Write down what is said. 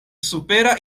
supera